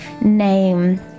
name